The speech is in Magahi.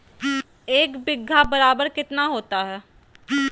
एक बीघा बराबर कितना होता है?